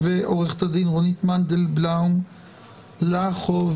ועורכת הדין רונית מנדלבאום לחוביצר,